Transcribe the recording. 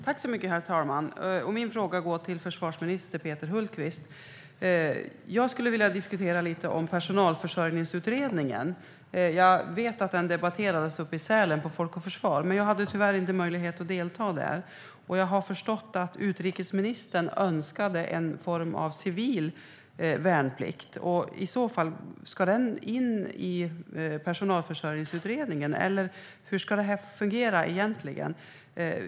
Herr talman! Min fråga går till försvarsminister Peter Hultqvist. Jag skulle vilja diskutera lite om personalförsörjningsutredningen. Jag vet att den debatterades i Sälen på Folk och försvar. Men jag hade tyvärr inte möjlighet att delta då. Jag har förstått att utrikesministern önskade en form av civil värnplikt. Ska den i så fall tas med i personalförsörjningsutredningen eller hur ska det egentligen fungera?